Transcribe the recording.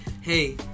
hey